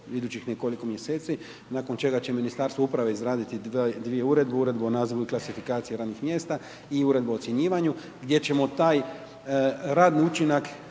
idućih nekoliko mjeseci, nakon čega će Ministarstvo uprave izraditi dvije uredbe, Uredbu o nazivu i klasifikaciji radnih mjesta i Uredbu o ocjenjivanju, gdje ćemo taj radni učinak,